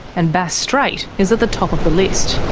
and bass strait is at the top of the list.